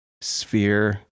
sphere